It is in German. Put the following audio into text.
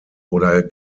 oder